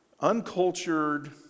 uncultured